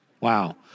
Wow